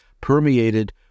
permeated